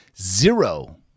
zero